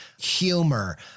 humor